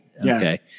Okay